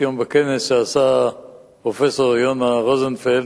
היום בכנס שעשה פרופסור יונה רוזנפלד.